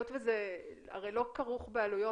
היות שזה הרי לא כרוך בעלויות,